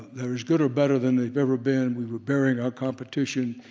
they're as good or better than they've ever been, we were burying our competition,